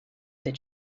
that